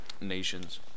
nations